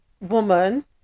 woman